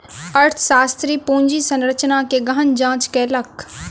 अर्थशास्त्री पूंजी संरचना के गहन जांच कयलक